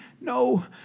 no